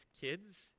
kids